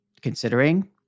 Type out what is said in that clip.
considering